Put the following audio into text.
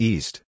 East